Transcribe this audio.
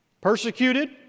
persecuted